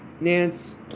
Nance